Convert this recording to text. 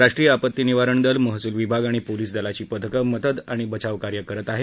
राष्ट्रीय आपत्ती निवारण दल महसूल विभाग आणि पोलीस दलाची पथकं मदत आणि बचाव कार्य करत आहे